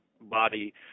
body